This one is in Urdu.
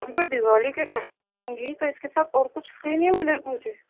اب میں دیوالی کے ٹائم گی تو اِس کے ساتھ اور کچھ فری نہیں ملے گا مجھے